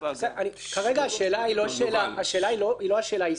כרגע השאלה היא לא ההיסטורית.